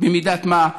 במידת מה,